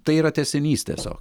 tai yra tęsinys tiesio